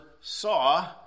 saw